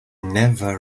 never